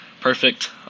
Perfect